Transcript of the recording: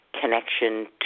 connection